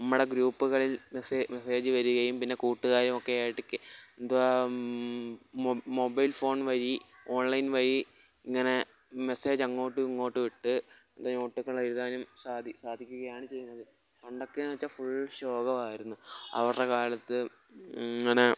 നമ്മുടെ ഗ്രൂപ്പുകളിൽ മെസ്സെ മെസ്സേജ് വരികയും പിന്നെ കൂട്ടുകാരും ഒക്കെയായിട്ട് കെ എന്തുവാ മോ മൊബൈൽ ഫോൺ വഴി ഓൺലൈൻ വഴി ഇങ്ങനെ മെസ്സേജ് അങ്ങോട്ടും ഇങ്ങോട്ടും ഇട്ട് നോട്ടുകള് എഴുതാനും സദി സാധിക്കുകയാണ് ചെയ്യുന്നത് പണ്ടൊക്കെ എന്നു വെച്ചാൽ ഫുൾ ശോകം ആയിരുന്നു അവരുടെ കാലത്ത് ഇങ്ങനെ